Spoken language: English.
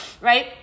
right